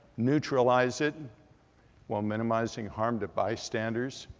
neutralize it while minimizing harm to bystanders,